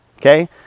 Okay